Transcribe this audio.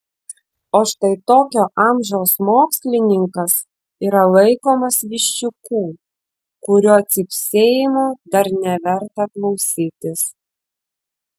o štai tokio amžiaus mokslininkas yra laikomas viščiuku kurio cypsėjimo dar neverta klausytis